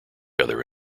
other